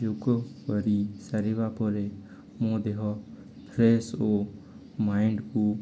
ଯୋଗ କରି ସାରିବା ପରେ ମୋ ଦେହ ଫ୍ରେଶ ଓ ମାଇଣ୍ଡକୁ